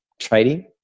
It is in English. trading